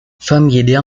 família